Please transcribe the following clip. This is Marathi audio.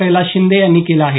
कैलास शिंदे यांनी केलं आहे